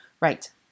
Right